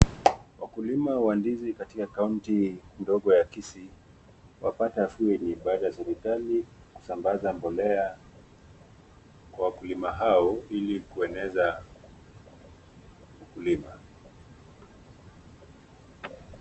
Wakulima wa ndizi katika kaunti ndogo ya Kisii wapata afueni baada ya serikali kusambaza mbolea kwa wakulima hao, ili kueneza ukulima.